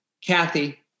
Kathy